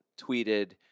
tweeted